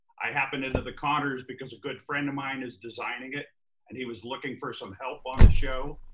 i happened into the conners because a good friend of mine is designing it and he was looking for some help on the show.